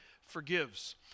forgives